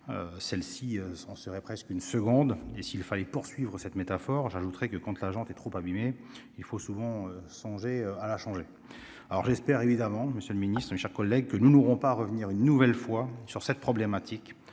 celles-ci sont serait presque une seconde et s'il fallait poursuivre cette métaphore, j'ajouterai que compte l'argent, tu es trop abîmé il faut souvent songer à la changer, alors j'espère évidemment Monsieur le Ministre, mes chers collègues, que nous n'aurons pas revenir une nouvelle fois sur cette problématique